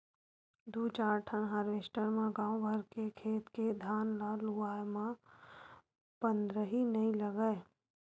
दू चार ठन हारवेस्टर म गाँव भर के खेत के धान ल लुवाए म पंदरही नइ लागय